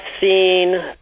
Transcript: scene